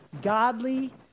Godly